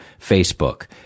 Facebook